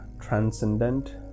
transcendent